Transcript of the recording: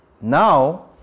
Now